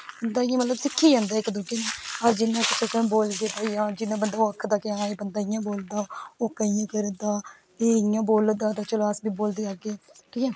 बंदा इयां मतलब सिक्खी जंदा इक दुऐ कन्ने अज्ज एह् बोलगे भाई अज्ज बंदा आक्खदा दा हा कि एह् बंदा इयां बोलदा ओह् इयां करदा ओह् इयां बोल्ला दा ते चलो अस बी बोलदे जागे ठीक ऐ